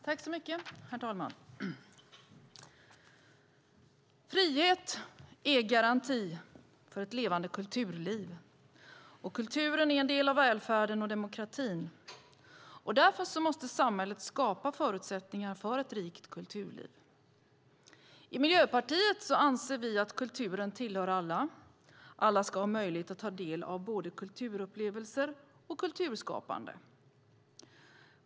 Herr talman! Frihet är garantin för ett levande kulturliv. Kulturen är en del av välfärden och demokratin. Därför måste samhället skapa förutsättningar för ett rikt kulturliv. I Miljöpartiet anser vi att kulturen tillhör alla. Alla ska ha möjlighet att ta del av både kulturupplevelser och kulturskapande.